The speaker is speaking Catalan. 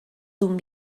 d’un